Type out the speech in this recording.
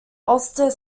ulster